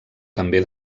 també